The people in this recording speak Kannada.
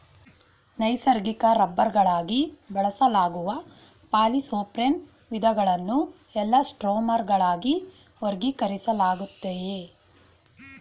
ನೈಸರ್ಗಿಕ ರಬ್ಬರ್ಗಳಾಗಿ ಬಳಸಲಾಗುವ ಪಾಲಿಸೊಪ್ರೆನ್ನ ವಿಧಗಳನ್ನು ಎಲಾಸ್ಟೊಮರ್ಗಳಾಗಿ ವರ್ಗೀಕರಿಸಲಾಗಯ್ತೆ